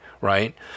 Right